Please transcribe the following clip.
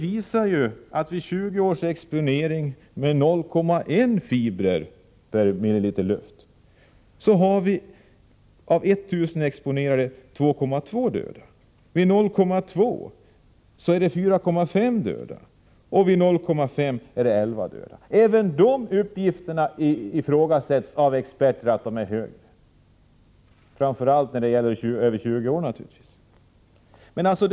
Vid en exponering under 20 år med 0,1 fibrer per millimeter luft har vi per 1 000 exponerade 2,2 döda, vid 0,2 fibrer är det 4,5 döda, och vid 0,5 är det 11 döda. Även de uppgifterna ifrågasätts av experter, framför allt beträffande exponering under mer än 20 år.